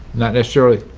not necessarily,